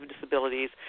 disabilities